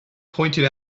pointed